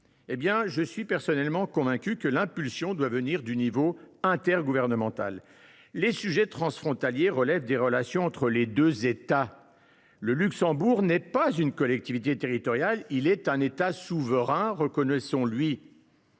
Je suis pour ma part convaincu que l’impulsion doit venir de l’échelon intergouvernemental. Les sujets transfrontaliers relèvent des relations entre les deux États. Le Luxembourg n’est pas une collectivité territoriale, c’est un État souverain. C’est